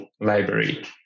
library